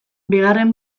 bigarren